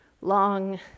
long